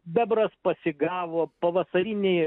bebras pasigavo pavasarinį